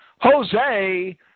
Jose